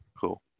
cool